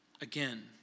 Again